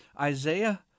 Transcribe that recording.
Isaiah